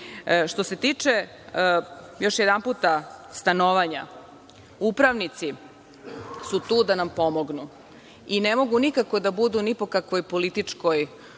se tiče, još jedanputa, stanovanja, upravnici su tu da nam pomognu i ne mogu nikako da budu ni po kakvoj političkoj igrariji